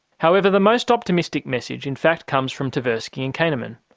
however the most optimistic message in fact comes from tversky and khaneman,